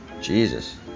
Jesus